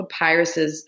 papyruses